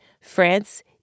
France